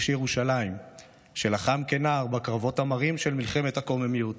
איש ירושלים שלחם כנער בקרבות המרים של מלחמת הקוממיות,